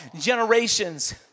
generations